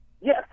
Yes